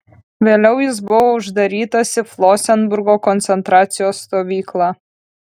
vėliau jis buvo uždarytas į flosenburgo koncentracijos stovyklą